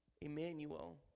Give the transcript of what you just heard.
Emmanuel